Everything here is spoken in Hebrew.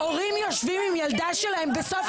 תוציאו אותה.